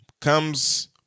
comes